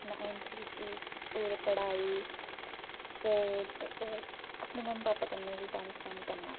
अपना N C C पूरा पढ़ाई स्पोर्ट्स होर अपनी मम्मी भापा कन्नै टाइम स्पेंड करना